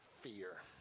fear